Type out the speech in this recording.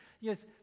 yes